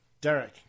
Derek